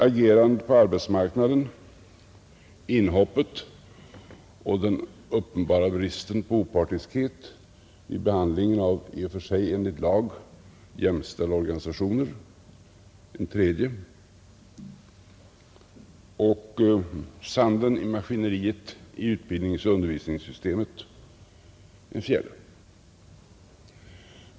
Agerandet på arbetsmarknaden, inhoppet och den uppenbara bristen på opartiskhet vid behandlingen av i och för sig enligt lag jämställda organisationer är en tredje sak, och sanden i maskineriet i utbildningsoch undervisningssystemet är en fjärde.